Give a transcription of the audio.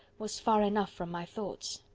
was far enough from my thoughts.